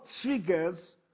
triggers